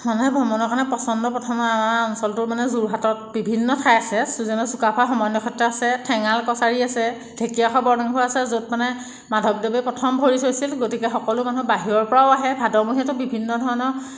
মানুহে ভ্ৰমণৰ কাৰণে পচন্দ প্ৰথমে আমাৰ অঞ্চলটো মানে যোৰহাটত বিভিন্ন ঠাই আছে যেনে চুকাফা সমন্বয় ক্ষেত্ৰ আছে ঠেঙাল কছাৰী আছে ঢেকীয়াখোৱা বৰ নামঘৰ আছে য'ত মানে মাধৱদেৱে প্ৰথম ভৰি থৈছিল গতিকে সকলো মানুহ বাহিৰৰপৰাও আহে ভাদমহীয়াটো বিভিন্ন ধৰণৰ